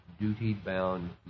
duty-bound